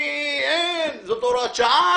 זאת הוראת שעה,